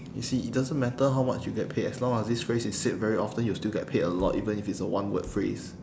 you see it doesn't matter how much you get paid as long as this phrase is said very often you'll still get paid a lot even if it's a one word phrase